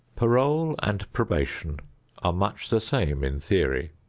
parole and probation are much the same in theory.